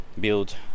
build